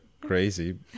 crazy